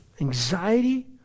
anxiety